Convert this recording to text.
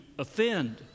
offend